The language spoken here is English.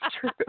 true